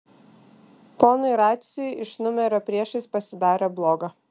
ponui raciui iš numerio priešais pasidarė bloga